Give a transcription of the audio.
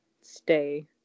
stay